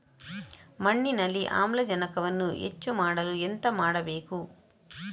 ಮಣ್ಣಿನಲ್ಲಿ ಆಮ್ಲಜನಕವನ್ನು ಹೆಚ್ಚು ಮಾಡಲು ಎಂತ ಮಾಡಬೇಕು?